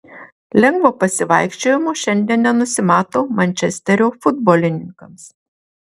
lengvo pasivaikščiojimo šiandien nenusimato mančesterio futbolininkams